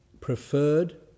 preferred